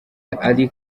ari